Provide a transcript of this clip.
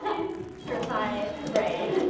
she's certified to braids.